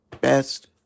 best